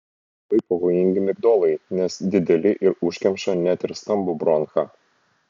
labai pavojingi migdolai nes dideli ir užkemša net ir stambų bronchą